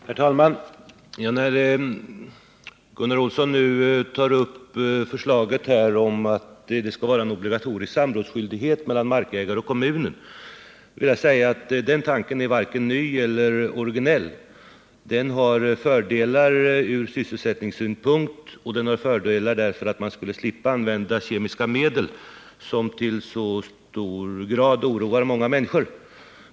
Herr talman! Gunnar Olsson tar här upp förslaget att det skall vara en obligatorisk samrådsskyldighet mellan markägare och kommuner. Tanken är varken ny eller orginell. Den har fördelar ur sysselsättningssynpunkt, och den har även den fördelen att man skulle slippa använda kemiska medel, vilka i så hög grad oroar många människor.